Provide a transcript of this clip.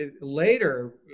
later